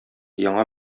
яңа